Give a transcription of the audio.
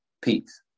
Peace